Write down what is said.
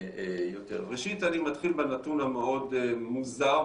ראשית אני מתחיל בנתון המאוד מוזר,